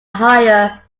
hire